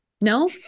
No